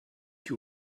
you